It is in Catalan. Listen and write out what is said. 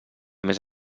més